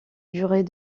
durée